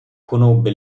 conobbe